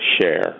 share